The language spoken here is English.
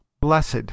blessed